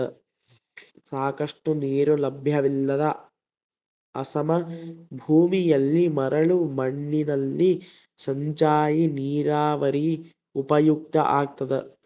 ಸಾಕಷ್ಟು ನೀರು ಲಭ್ಯವಿಲ್ಲದ ಅಸಮ ಭೂಮಿಯಲ್ಲಿ ಮರಳು ಮಣ್ಣಿನಲ್ಲಿ ಸಿಂಚಾಯಿ ನೀರಾವರಿ ಉಪಯುಕ್ತ ಆಗ್ತದ